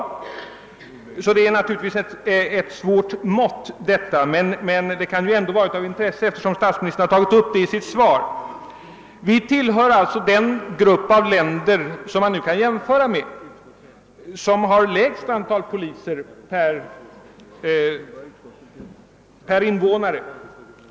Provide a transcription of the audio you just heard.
Detta mått är alltså inte helt tillförlitligt, men det kan ändå vara av intresse att göra en jämförelse, eftersom statsministern tog upp denna sak i sitt svar. Vi tillhör den grupp av länder som har det minsta antalet poliser i förhållande till invånarantalet bland de länder som man kan jämföra med.